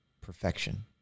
perfection